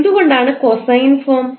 എന്തുകൊണ്ടാണ് cosine form